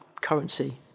currency